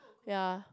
ya